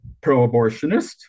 pro-abortionist